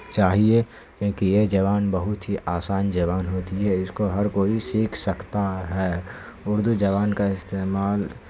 چاہیے کیونکہ یہ جبان بہت ہی آسان زبان ہوتی ہے اس کو ہر کوئی سیکھ سکتا ہے اردو زبان کا استعمال